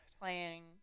Playing